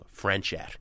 Frenchette